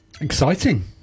Exciting